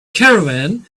caravan